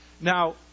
now